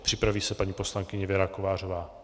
Připraví se paní poslankyně Věra Kovářová.